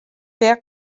vers